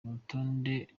urutonde